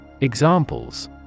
Examples